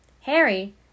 harry